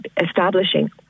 establishing